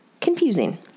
confusing